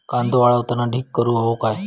कांदो वाळवताना ढीग करून हवो काय?